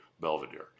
Belvedere